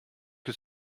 que